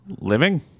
living